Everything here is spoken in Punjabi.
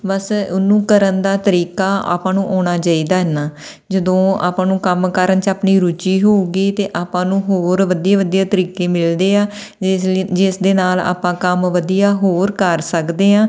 ਬਸ ਉਹਨੂੰ ਕਰਨ ਦਾ ਤਰੀਕਾ ਆਪਾਂ ਨੂੰ ਆਉਣਾ ਚਾਹੀਦਾ ਨਾ ਜਦੋਂ ਆਪਾਂ ਉਹਨੂੰ ਕੰਮ ਕਰਨ 'ਚ ਆਪਣੀ ਰੁਚੀ ਹੋਊਗੀ ਤਾਂ ਆਪਾਂ ਨੂੰ ਹੋਰ ਵਧੀਆ ਵਧੀਆ ਤਰੀਕੇ ਮਿਲਦੇ ਆ ਜਿਸ ਲਈ ਜਿਸ ਦੇ ਨਾਲ ਆਪਾਂ ਕੰਮ ਵਧੀਆ ਹੋਰ ਕਰ ਸਕਦੇ ਹਾਂ